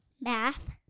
Math